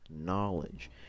knowledge